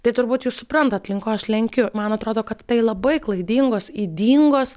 tai turbūt jūs suprantat link ko aš lenkiu man atrodo kad tai labai klaidingos ydingos